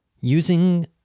using